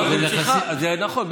זה נכון.